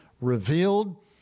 revealed